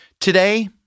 Today